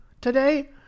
today